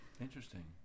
Interesting